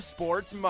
Sports